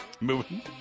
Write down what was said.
Moving